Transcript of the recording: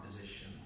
position